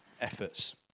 efforts